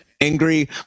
angry